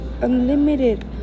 unlimited